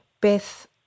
Beth